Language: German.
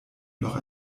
noch